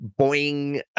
boing